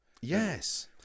yes